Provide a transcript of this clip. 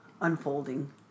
unfolding